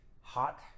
hot